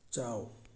ꯆꯥꯎ